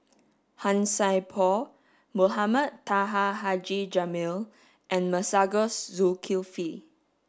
Han Sai Por Mohamed Taha Haji Jamil and Masagos Zulkifli